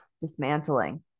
dismantling